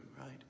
right